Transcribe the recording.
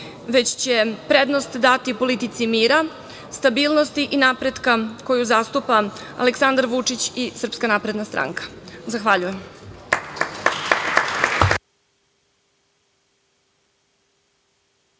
već će prednost dati politici mira, stabilnosti i napretka koju zastupa Aleksandar Vučić i SNS. Zahvaljujem.